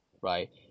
right